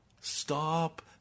Stop